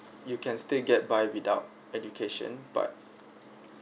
you can still get by without education but